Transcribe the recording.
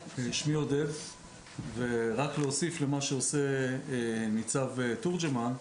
רק להוסיף למה שעושה ניצב תורג'מן.